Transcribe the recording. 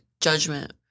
Judgment